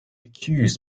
accused